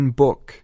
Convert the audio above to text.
book